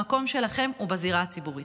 המקום שלכן הוא בזירה הציבורית.